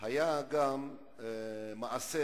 היה מעשה